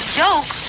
joke